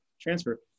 transfer